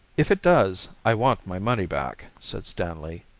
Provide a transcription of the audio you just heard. if it does i want my money back, said stanley.